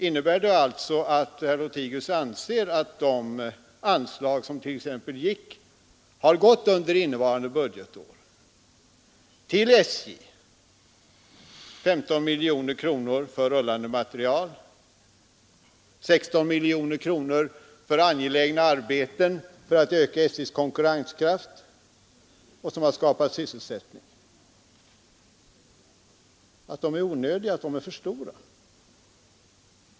Innebär det alltså att herr Lothigius anser att de anslag som t.ex. under innevarande budgetår har gått till SJ — 15 miljoner kronor för rullande material och 16 miljoner kronor till angelägna arbeten för att öka SJ:s konkurrenskraft och som har skapat sysselsättning — är onödiga eller för stora?